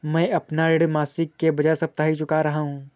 मैं अपना ऋण मासिक के बजाय साप्ताहिक चुका रहा हूँ